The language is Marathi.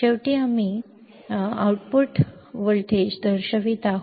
शेवटी आम्ही आउटपुट व्होल्टेज दर्शवित आहोत